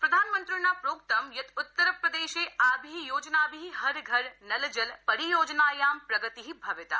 प्रधानमन्त्रिणा प्रोक्तं यत् उत्तरप्रदेशे आभि योजनाभि हर घर नल जल परियोजनायां प्रगति भविता